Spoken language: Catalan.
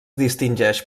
distingeix